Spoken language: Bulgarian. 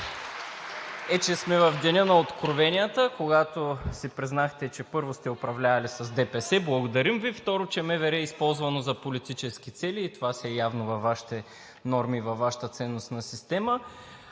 е, че сме в деня на откровенията, когато си признахте, че първо сте управлявали с ДПС. Благодарим Ви. Второ, че МВР е използвано за политически цели и това си е явно във Вашите норми, и във Вашата ценностна система.